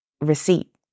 receipt